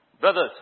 Brothers